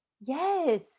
Yes